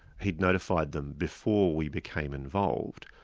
he'd notified them before we became involved,